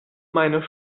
meiner